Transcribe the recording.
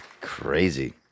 crazy